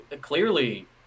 clearly